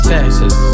Texas